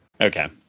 Okay